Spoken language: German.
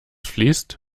fließt